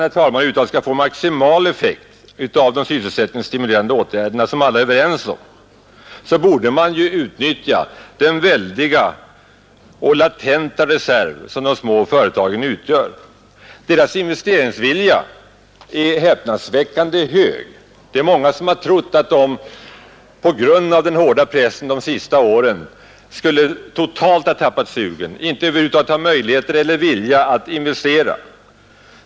För att man skall få maximal effekt av de sysselsättningsstimulerande åtgärderna, som alla är överens om, borde man alltså utnyttja den väldiga och latenta reserv som de små företagen utgör. Deras investeringsvilja är häpnadsväckande hög. Det är många som har trott att de på grund av den hårda pressen de senaste åren skulle totalt ha tappat sugen, inte ha möjligheter eller vilja att investera.